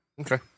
Okay